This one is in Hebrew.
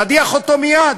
להדיח אותו מייד.